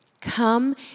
Come